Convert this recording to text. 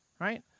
Right